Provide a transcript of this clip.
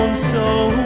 so.